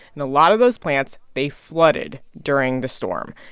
and a lot of those plants, they flooded during the storm.